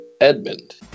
edmund